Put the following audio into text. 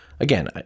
Again